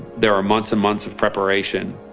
there are months and months of preparation,